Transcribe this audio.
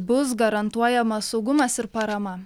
bus garantuojamas saugumas ir parama